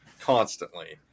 constantly